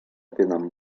tenen